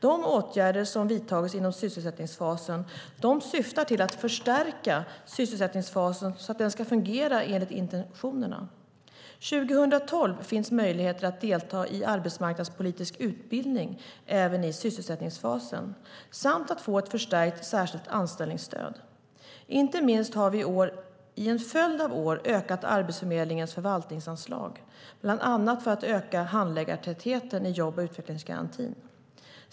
De åtgärder som vidtagits inom sysselsättningsfasen syftar till att förstärka sysselsättningsfasen så att den ska fungera enligt intentionerna. År 2012 finns möjligheter att delta i arbetsmarknadsutbildning även i sysselsättningsfasen samt att få ett förstärkt särskilt anställningsstöd. Inte minst har vi i en följd av år ökat Arbetsförmedlingens förvaltningsanslag bland annat för att öka handläggartätheten i jobb och utvecklingsgarantin.